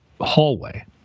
hallway